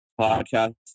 podcast